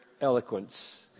eloquence